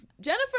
Jennifer